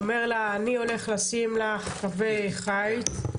אומר לה שאתה מתכוון לעשות לה קווי חיץ,